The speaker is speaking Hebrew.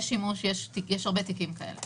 יש הרבה תיקים כאלה.